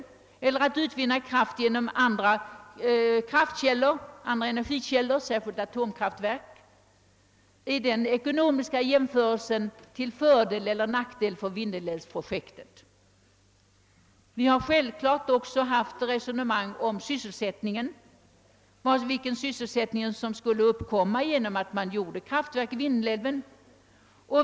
Vi har då jämfört kostnaderna för utvinnande av kraft i Vindelälven med kostnaderna för andra energikällor, särskilt atomkraftverk. Självfallet har vi också fört resonemang om vilken sysselsättning som skulle uppkomma genom att man byggde ett kraftverk vid Vindelälven.